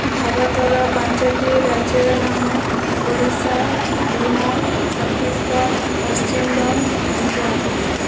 ଭାରତର ପାଞ୍ଚୋଟି ରାଜ୍ୟର ନାମ ଓଡ଼ିଶା ବିହାର ଛତିଶଗଡ଼ ପଶ୍ଚିମବଙ୍ଗ ପଞ୍ଜାବ